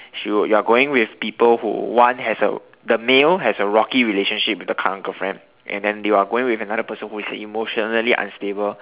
you you're going with people who one has a the male has a rocky relationship with the current girlfriend and then you're going with another person who is emotionally unstable